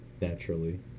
Naturally